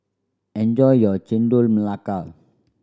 enjoy your Chendol Melaka